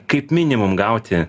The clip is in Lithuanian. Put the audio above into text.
kaip minimum gauti